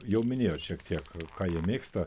jau minėjot šiek tiek ką jie mėgsta